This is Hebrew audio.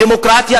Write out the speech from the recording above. דמוקרטיה,